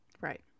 Right